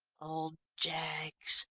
old jaggs!